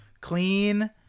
Clean